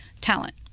talent